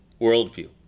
worldview